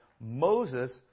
Moses